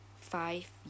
five